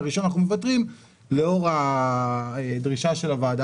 לראשון אנחנו מוותרים לאור הדרישה של הוועדה,